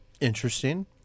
Interesting